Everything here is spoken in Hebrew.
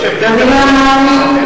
יש הבדל בין שני הדברים.